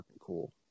cool